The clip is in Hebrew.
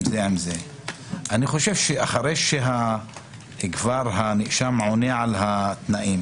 אני חושב שאחרי שהנאשם כבר עונה על התנאים